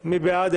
בעד,